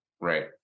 Right